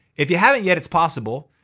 if you haven't yet, it's possible.